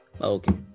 okay